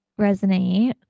resonate